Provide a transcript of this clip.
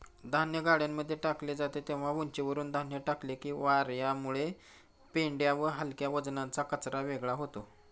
धान्य गाड्यांमध्ये टाकले जाते तेव्हा उंचीवरुन धान्य टाकले की वार्यामुळे पेंढा व हलक्या वजनाचा कचरा वेगळा होतो